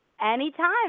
anytime